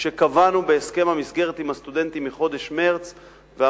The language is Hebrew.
שקבענו בהסכם המסגרת עם הסטודנטים מחודש מרס,